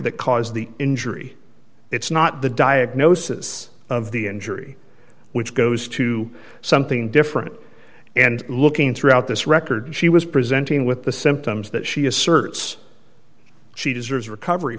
that caused the injury it's not the diagnosis of the injury which goes to something different and looking throughout this record she was presenting with the symptoms that she asserts she deserves recovery